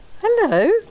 Hello